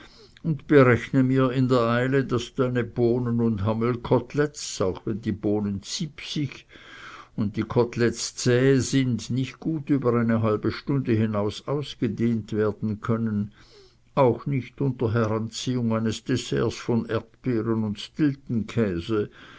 und berechne mir in der eile daß deine bohnen und hammelkotelettes auch wenn die bohnen ziepsig und die kotelettes zähe sind nicht gut über eine halbe stunde hinaus ausgedehnt werden können auch nicht unter heranziehung eines desserts von erdbeeren und